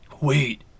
wait